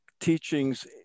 teachings